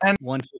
one